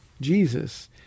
Jesus